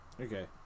Okay